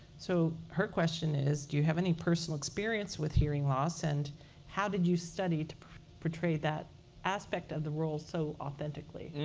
so her question is, do you have any personal experience with hearing loss? and how did you study to portray that aspect of the role so authentically?